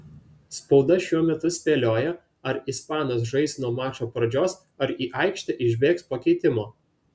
spauda šiuo metu spėlioja ar ispanas žais nuo mačo pradžios ar į aikštę išbėgs po keitimo